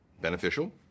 beneficial